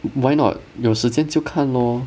why not 有时间就看 lor